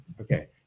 okay